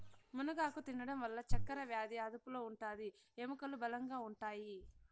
మునగాకు తినడం వల్ల చక్కరవ్యాది అదుపులో ఉంటాది, ఎముకలు బలంగా ఉంటాయి